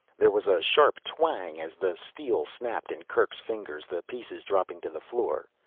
there was a sharp twang as the steel snapped in kerk's fingers, the pieces dropping to the floor.